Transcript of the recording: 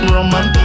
Roman